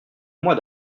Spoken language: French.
mois